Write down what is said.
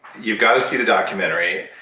you've got to see the documentary,